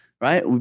right